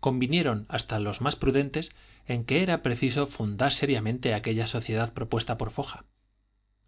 convinieron hasta los más prudentes en que era preciso fundar seriamente aquella sociedad propuesta por foja